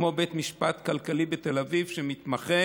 כמו בית משפט כלכלי בתל אביב שמתמחה,